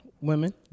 Women